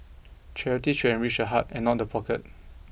charity should enrich the heart and not the pocket